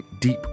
deep